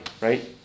right